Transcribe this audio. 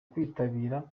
kwitabira